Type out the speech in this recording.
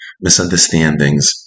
misunderstandings